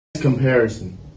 comparison